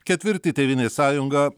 ketvirti tėvynės sąjunga